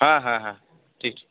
হ্যাঁ হ্যাঁ হ্যাঁ ঠিক